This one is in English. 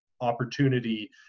opportunity